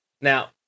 Now